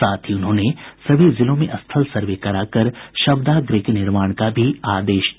साथ ही उन्होंने सभी जिलों में स्थल सर्वे कराकर शवदाह गृह के निर्माण का भी आदेश दिया